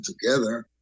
together